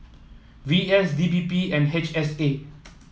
V S D P P and H S A